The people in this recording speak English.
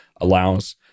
allows